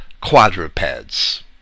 quadrupeds